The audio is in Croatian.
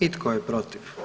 I tko je protiv?